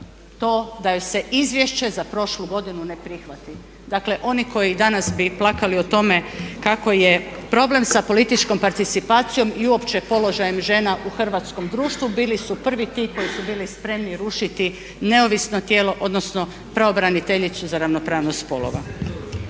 to da joj se izvješće za prošlu godinu ne prihvati. Dakle oni koji bi danas plakali o tome kako je problem sa političkom participacijom i uopće položajem žena u hrvatskom društvu bili su prvi ti koji su bili spremni rušiti neovisno tijelo odnosno pravobraniteljicu za ravnopravnost spolova.